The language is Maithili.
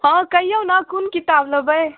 हॅं कहियौ ने कोन किताब लबै